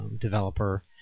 developer